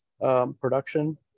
production